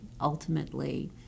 ultimately